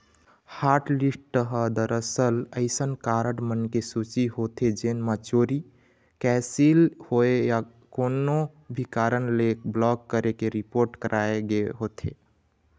hotlist ह दरअसल अइसन कारड मन के सूची होथे जेन म चोरी, कैंसिल होए या कोनो भी कारन ले ब्लॉक करे के रिपोट कराए गे होथे